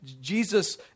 Jesus